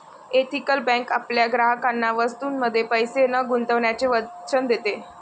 ethical bank आपल्या ग्राहकांना वस्तूंमध्ये पैसे न गुंतवण्याचे वचन देते